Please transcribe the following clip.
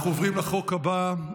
אנחנו עוברים לחוק הבא,